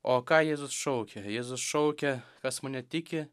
o ką jėzus šaukė jėzus šaukė kas mane tiki